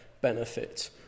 benefit